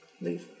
Leave